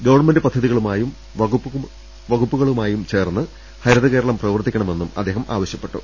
government പദ്ധതികളുമായും വകുപ്പുകളുമായും ചേർന്ന് ഹരിതകേരളം പ്രവർത്തിക്കണമെന്നും അദ്ദേഹം ആവശ്യ പ്പെട്ടു